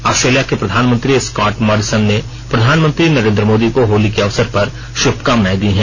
Australia को प्रधानमंत्री Scott Morrison ने प्रधानमंत्री नरेन्द्र मोदी को होली के अवसर पर शुभकामनाएं दी हैं